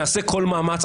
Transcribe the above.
נעשה כל מאמץ,